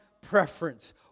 preference